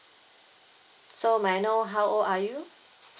so may I know how old are you